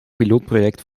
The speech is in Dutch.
pilootproject